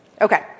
Okay